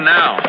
now